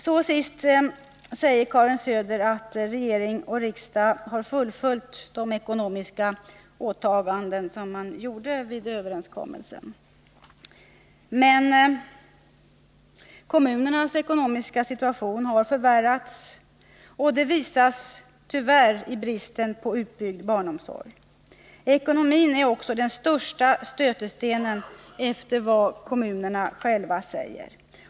Sist i svaret säger Karin Söder att regering och riksdag har fullföljt de ekonomiska åtaganden som gjordes vid överenskommelsen med Kommunförbundet. Men kommunernas ekonomiska situation har förvärrats, och det visas tyvärr i bristen på utbyggd barnomsorg. Ekonomin är också den största stötestenen, efter vad kommunerna själva säger.